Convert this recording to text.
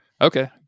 okay